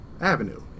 Avenue